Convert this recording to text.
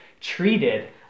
treated